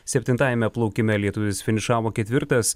septintajame plaukime lietuvis finišavo ketvirtas